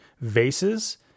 vases